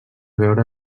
veure